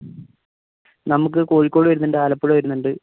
നമ്മൾക്ക് കോഴിക്കോട് വരുന്നുണ്ട് ആലപ്പുഴ വരുന്നുണ്ട്